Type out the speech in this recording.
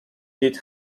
did